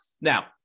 Now